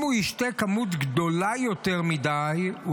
אם הוא ישתה כמות גדולה יותר מדי הוא